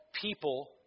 people